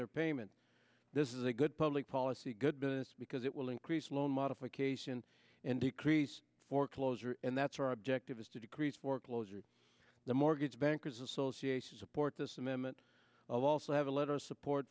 their payments this is a good public policy good business because it will increase loan modification and decrease foreclosure and that's our objective is to decrease foreclosures the mortgage bankers association support this amendment of also have a letter of support